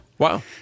Wow